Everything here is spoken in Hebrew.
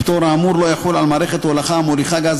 הפטור האמור לא יחול על מערכת הולכה המוליכה גז